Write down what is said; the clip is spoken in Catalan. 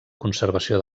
conservació